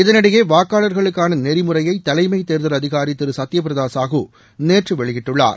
இதனிடையே வாக்காளர்களுக்கான நெறிமுறையை தலைமை தேர்தல் அதிகாரி திரு சத்ய பிரதா சாஹூ நேற்று வெளியிட்டுள்ளார்